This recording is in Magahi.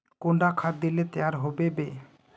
कुंडा खाद दिले तैयार होबे बे?